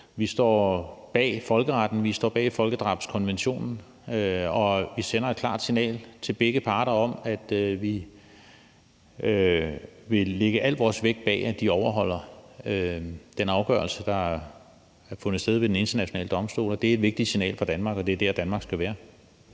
Vi står bag folkeretten, vi står bag folkedrabskonventionen, og vi sender et klart signal til begge parter om, at vi vil lægge al vores vægt bag, at de overholder den afgørelse, der har fundet sted ved Den Internationale Domstol, og det er et vigtigt signal for Danmark, og det er dér, Danmark skal være.